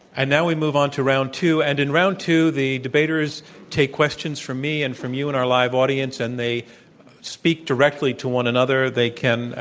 and now we move on to round two. and in round two, the debaters take questions from me and from you in our live audience, and they speak directly to one another. they can,